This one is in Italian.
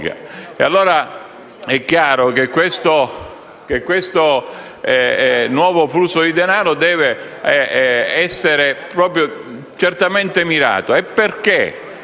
È chiaro, quindi, che questo nuovo flusso di denaro deve essere certamente mirato. Perché